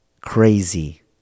crazy